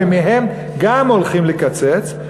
ומהן גם הולכים לקצץ,